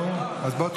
נו, אז בוא תעלה.